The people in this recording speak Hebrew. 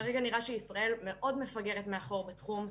וכרגע נראה שישראל מאוד מפגרת בתחום.